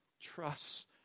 trusts